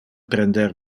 prender